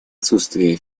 отсутствие